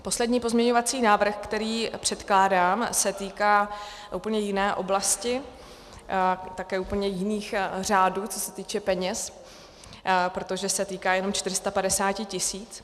Poslední pozměňovací návrh, který předkládám, se týká úplně jiné oblasti a také úplně jiných řádů, co se týče peněz, protože se týká jenom 450 tisíc.